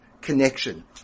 connection